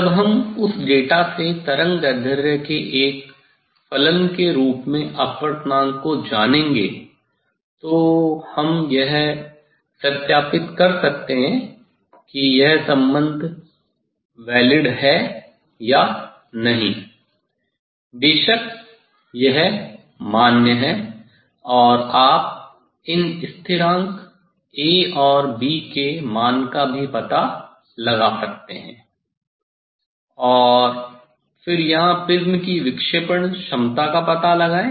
जब हम उस डेटा से तरंगदैर्ध्य के एक फलन के रूप में अपवर्तनांक को जानेंगे तो हम यह सत्यापित कर सकते हैं कि यह संबंध वैध है या नहीं बेशक यह मान्य है और आप इन स्थिरांक A और B के मान का भी पता लगा सकते हैं और फिर यहां प्रिज्म की विक्षेपण क्षमता का पता लगाएं